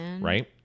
Right